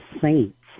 saints